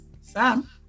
Sam